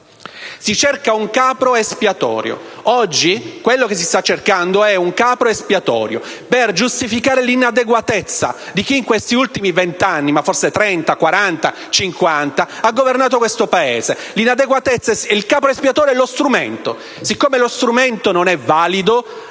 Si cerca un capro espiatorio; oggi si sta cercando un capro espiatorio per giustificare l'inadeguatezza di chi negli ultimi vent'anni (ma forse trenta, quaranta, cinquanta) ha governato questo Paese. Il capro espiatorio è lo strumento: siccome lo strumento non è valido,